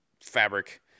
fabric